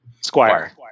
Squire